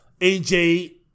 AJ